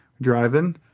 driving